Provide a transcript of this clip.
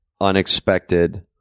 unexpected